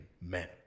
men